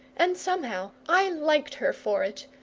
and somehow i liked her for it,